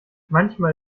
manchmal